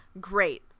Great